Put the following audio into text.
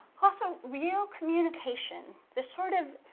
also, real communication. this sort of